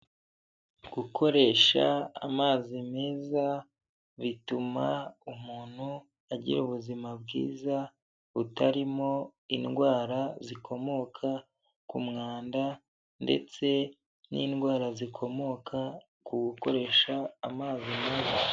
Gukoresha amazi meza bituma umuntu agira ubuzima bwiza, butarimo indwara zikomoka ku mwanda, ndetse n'indwara zikomoka ku gukoresha amazi mabi.